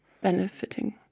benefiting